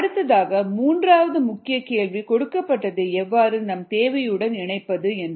அடுத்ததாக மூன்றாவது முக்கிய கேள்வி கொடுக்கப்பட்டதை எவ்வாறு நம் தேவையுடன் இணைப்பது என்பது